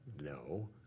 no